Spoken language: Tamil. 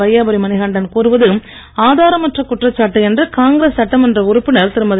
வையாபுரி மணிகண்டர் கூறுவது ஆதாரமற்ற குற்றச்சாட்டு என்று காங்கிரஸ் சட்டமன்ற உறுப்பினர் திருமதி